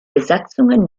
besatzungen